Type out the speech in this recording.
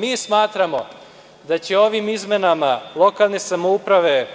Mi smatramo da će ovim izmenama lokalne samouprave